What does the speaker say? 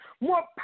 more